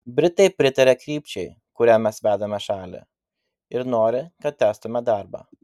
britai pritaria krypčiai kuria mes vedame šalį ir nori kad tęstume darbą